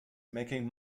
making